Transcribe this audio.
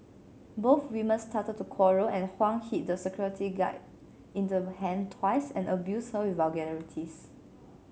both women started to quarrel and Huang hit the security guy in the hand twice and abused her with vulgarities